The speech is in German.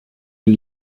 den